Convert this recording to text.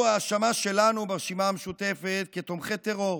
והוא האשמה שלנו ברשימה המשותפת כתומכי טרור.